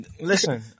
Listen